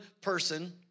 person